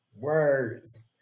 words